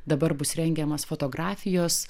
dabar bus rengiamas fotografijos